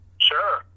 Sure